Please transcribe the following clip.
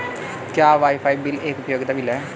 क्या wifi bill एक उपयोगिता बिल है?